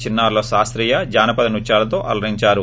చిన్సారులు శాస్త్రీయ జానపద నృత్యాలతో అలరించారు